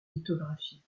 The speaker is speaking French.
lithographies